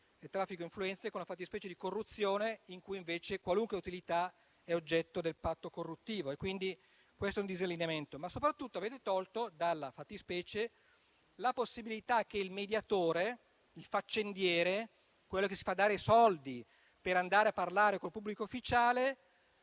traffico influenze dalla fattispecie di corruzione, in cui invece qualunque utilità è oggetto del patto corruttivo. Questo è quindi un disallineamento. Soprattutto, però, avete tolto dalla fattispecie la possibilità che il mediatore, il faccendiere, quello che si fa dare soldi per andare a parlare col pubblico ufficiale,